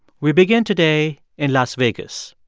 we begin today in las vegas.